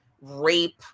rape